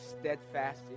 steadfast